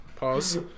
Pause